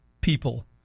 people